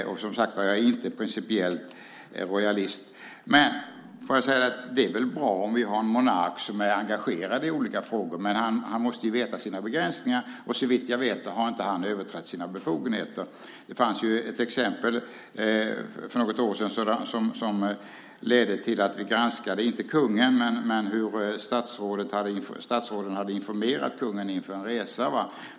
Jag är som sagt var inte principiell rojalist. Det är väl bra om vi har en monark som är engagerad i olika frågor, men han måste ju känna till sina begränsningar. Såvitt jag vet har han inte överträtt sina befogenheter. Det fanns ett exempel för något år sedan som ledde till att vi granskade inte kungen men hur statsråden hade informerat kungen inför en resa.